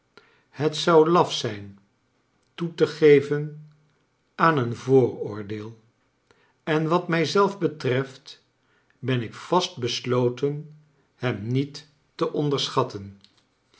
het zou laf zijn toe te geven aan een vooroordeel en wat mij zelf betreft ben ik vastbesloten hem niet vte onderschatten